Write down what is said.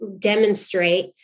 demonstrate